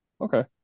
Okay